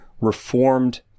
reformed